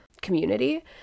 community